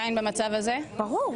ברור.